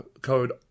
code